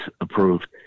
approved